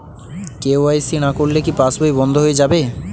KYC না করলে কি পাশবই বন্ধ হয়ে যাবে?